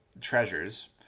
treasures